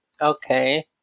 Okay